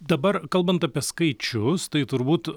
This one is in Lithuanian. dabar kalbant apie skaičius tai turbūt